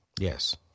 Yes